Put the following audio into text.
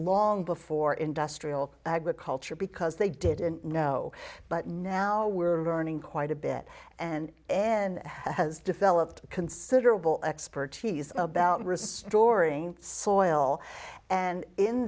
long before industrial agriculture because they didn't know but now we're learning quite a bit and then has developed considerable expertise about restoring soil and in